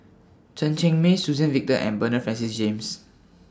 Chen Cheng Mei Suzann Victor and Bernard Francis James